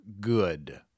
good